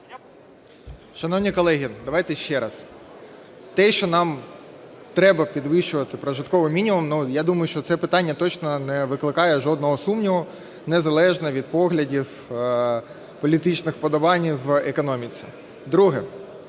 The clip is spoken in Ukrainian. Шановні колеги, давайте ще раз. Те, що нам треба підвищувати прожитковий мінімум, я думаю, що це питання точно не викликає жодного сумніву незалежно від поглядів, політичних вподобань в економіці. Друге.